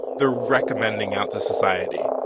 they're recommending out to society,